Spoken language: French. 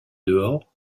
dehors